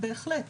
בהחלט,